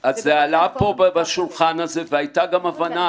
אבל זה עלה פה בשולחן הזה והייתה גם הבנה